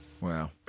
Wow